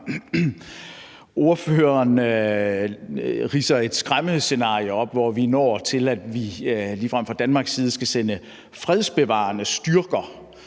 Ordføreren ridser et skræmmescenarie op, hvor man når til, at vi fra Danmarks side ligefrem skal sende fredsbevarende styrker